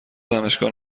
دانشگاه